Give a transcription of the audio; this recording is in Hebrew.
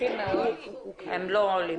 הנושאים שקשורים בדיון.